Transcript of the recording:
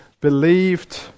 believed